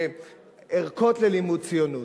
ערכות ללימוד ציונות.